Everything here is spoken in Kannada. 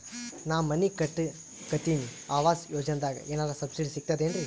ನಾ ಮನಿ ಕಟಕತಿನಿ ಆವಾಸ್ ಯೋಜನದಾಗ ಏನರ ಸಬ್ಸಿಡಿ ಸಿಗ್ತದೇನ್ರಿ?